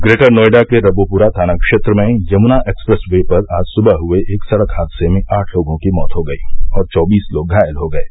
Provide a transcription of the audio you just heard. greater Noida के रबुपुरा थाना क्षेत्र में यमुना एक्सप्रेस वे पर आज सुबह हुए एक सड़क हादसे में आठ लोगों की मौत हो गयी और चौबीस लोग घायल हो गये